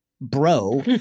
bro